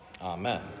Amen